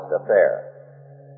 affair